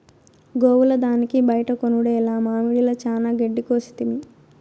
గోవుల దానికి బైట కొనుడేల మామడిల చానా గెడ్డి కోసితిమి